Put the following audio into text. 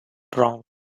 wrong